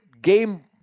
game